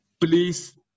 please